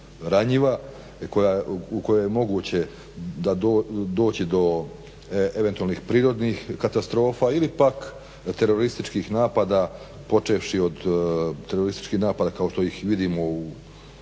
u kojoj je moguće doći do eventualnih prirodnih katastrofa ili pak terorističkih napada počevši od terorističkih napada kao što ih vidimo u širem